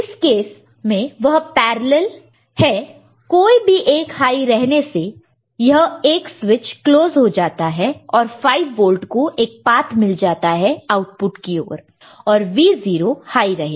इस केस वह पैरेलल है कोई भी एक हाई रहने से यह एक स्विच क्लोज हो जाता है और 5 वोल्ट को एक पात मिल जाता है आउटपुट की ओर और Vo हाई रहेगा